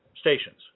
stations